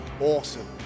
awesome